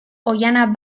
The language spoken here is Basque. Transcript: oihana